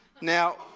Now